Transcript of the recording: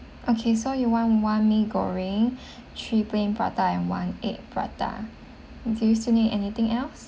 okay so you want one mee goreng three plain paratha and one egg paratha do you still need anything else